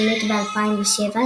שמת ב-2007,